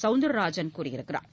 சவுந்தர்ராஜன் கூறியுள்ளார்